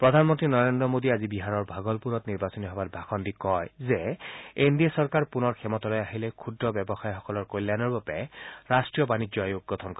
প্ৰধানমন্ত্ৰী নৰেন্দ্ৰ মোদীয়ে আজি বিহাৰৰ ভাগলপুৰ জিলাত নিৰ্বাচনী সভাত ভাষণ দি কয় যে এন ডি এ চৰকাৰ পুনৰ ক্ষমতালৈ আহিলে ক্ষুদ্ৰ ব্যৱসায়ীসকলৰ কল্যাণৰ বাবে ৰাষ্টীয় বাণিজ্য আয়োগ গঠন কৰিব